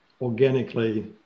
organically